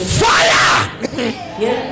fire